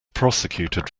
prosecuted